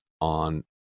on